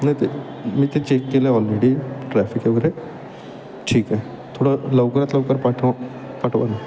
नाही ते मी ते चेक केलं आहे ऑलरेडी ट्रॅफिक वगैरे ठीक आहे थोडं लवकरात लवकर पाठवा पाठवा